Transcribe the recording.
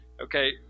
okay